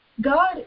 God